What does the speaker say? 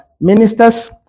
ministers